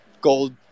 gold